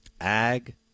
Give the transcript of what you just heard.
Ag